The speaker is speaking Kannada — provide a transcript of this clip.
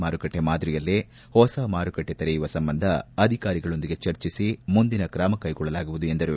ಮಾರುಕಟ್ಟೆ ಮಾದರಿಯಲ್ಲೇ ಮಾರುಕಟ್ಟೆ ತೆರೆಯುವ ಸಂಬಂಧ ಅಧಿಕಾರಿಗಳೊಂದಿಗೆ ಚರ್ಜಿಸಿ ಮುಂದಿನ ಕ್ರಮ ಕೈಗೊಳ್ಳಲಾಗುವುದು ಎಂದರು